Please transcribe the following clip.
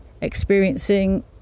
experiencing